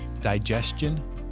digestion